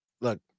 look